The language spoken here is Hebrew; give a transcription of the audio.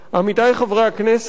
עמיתי חברי הכנסת,